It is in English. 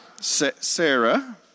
Sarah